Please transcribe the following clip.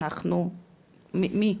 אנחנו מי?